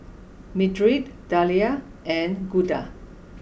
Mildred Dalia and Gunda